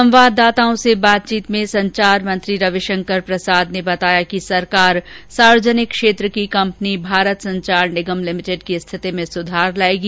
संवाददाताओं से बातचीत में संचार मंत्री रविशंकर प्रसाद ने बताया कि सरकार सार्वजनिक क्षेत्र की कंपनी भारत संचार निगम लिमिटेड की स्थिति में सुधार लाएगी